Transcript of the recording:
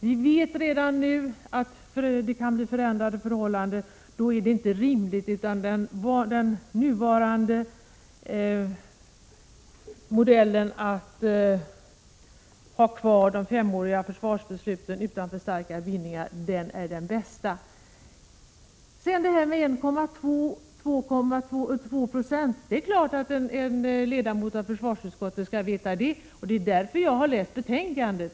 Vi vet redan nu att det kan bli förändrade förhållanden, och då är det inte rimligt att göra så, utan den nuvarande modellen med femåriga försvarsbeslut utan för starka bindningar är den bästa. Beträffande 1,2 eller 2 96: Det är klart att en ledamot av försvarsutskottet skall veta det, och det är därför som jag har läst betänkandet.